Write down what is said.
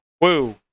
Woo